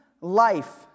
life